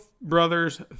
Brothers